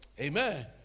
Amen